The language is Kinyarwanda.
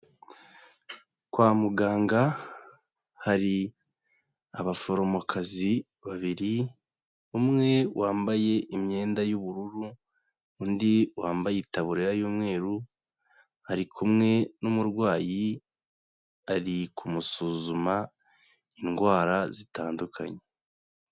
Kwa muganga hari abaforomokazi babiri, umwe wambaye imyenda y'ubururu undi wambaye itaburiya y'umweru, ari kumwe n'umurwayi ari kumusuzuma indwara zitandukanye.